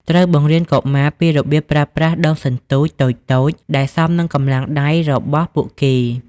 ត្រូវបង្រៀនកុមារពីរបៀបប្រើប្រាស់ ដងសន្ទូច តូចៗដែលសមនឹងកម្លាំងដៃរបស់ពួកគេ។